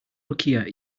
luckier